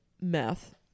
meth